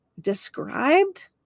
described